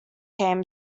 came